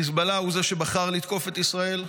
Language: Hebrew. חיזבאללה הוא זה שבחר לתקוף את ישראל.